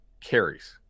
carries